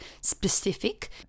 specific